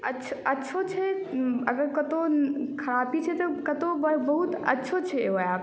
अच्छो छै अगर कतहु खराबी छै तऽ बहुत अच्छो छै ओ एप्प